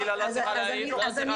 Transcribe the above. גילה לא צריכה להעיר ככה,